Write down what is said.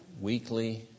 Weekly